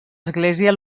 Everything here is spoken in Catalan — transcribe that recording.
església